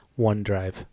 OneDrive